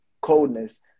coldness